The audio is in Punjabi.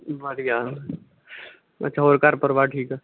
ਵਧੀਆ ਅੱਛਾ ਹੋਰ ਘਰ ਪਰਿਵਾਰ ਠੀਕ ਆ